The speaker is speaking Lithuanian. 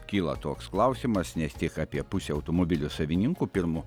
kyla toks klausimas nes tik apie pusė automobilių savininkų pirmu